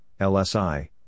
LSI